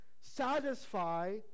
satisfy